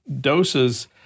doses